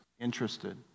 interested